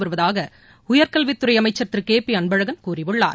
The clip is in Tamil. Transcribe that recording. வருவதாக உயர்கல்வித்துறை அமைச்சர் திரு கே பி அன்பழகன் கூறியுள்ளார்